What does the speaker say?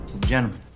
Gentlemen